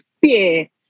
fear